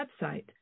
website